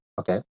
okay